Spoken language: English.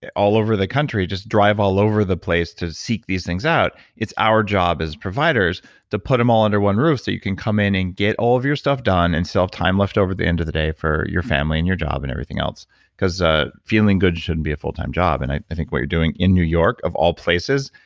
all over the country just drive all over the place to seek these things out it's our job as providers to put them all under one roof so you can come in and get all of your stuff done and self-time leftover at the end of the day for your family and your job and everything else because a feeling good shouldn't be a full time job. and i think what you're doing in new york of all places,